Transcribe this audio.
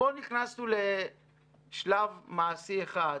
ופה נכנסנו לשלב מעשי אחד,